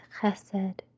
chesed